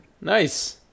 Nice